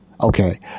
Okay